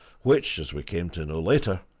which, as we came to know later,